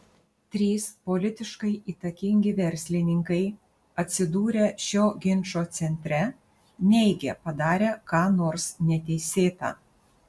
trys politiškai įtakingi verslininkai atsidūrę šio ginčo centre neigia padarę ką nors neteisėta